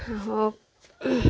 হাঁহক